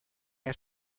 have